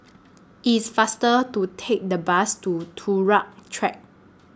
IT IS faster to Take The Bus to Turut Track